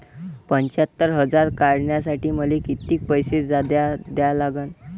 पंच्यात्तर हजार काढासाठी मले कितीक पैसे जादा द्या लागन?